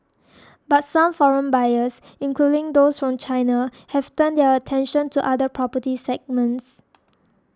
but some foreign buyers including those from China have turned their attention to other property segments